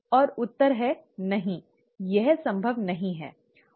और उत्तर है नहीं यह संभव नहीं है